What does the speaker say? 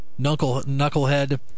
Knucklehead